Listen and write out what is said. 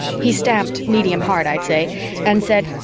he stamped medium hard, i'd say and said,